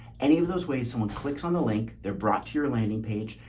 any of those ways, someone clicks on the link, they're brought to your landing page,